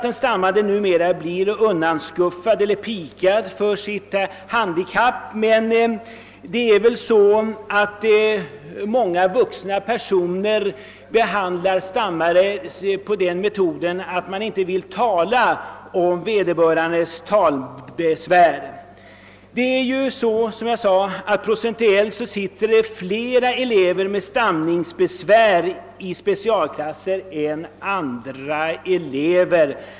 Den stammande blir kanske inte undanskuffad eller pikad för sitt handikapp, men många vuxna personer behandlar vederbörande enligt metoden att de inte vill tala om den stammandes talbesvär och anser dessa som något negativt. Som jag sade är procentuellt fler elever med stamningsbesvär placerade i specialklasser än andra elever.